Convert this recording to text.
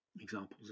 examples